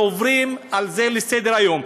ועוברים על זה לסדר-היום.